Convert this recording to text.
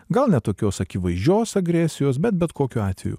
gal ne tokios akivaizdžios agresijos bet bet kokiu atveju